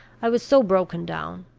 i was so broken down.